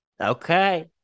Okay